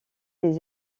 des